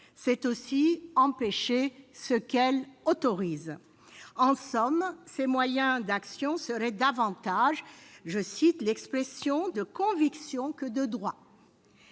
c'est aussi empêcher ce qu'elle autorise ». En somme, ces moyens d'action seraient davantage « l'expression de convictions que de droits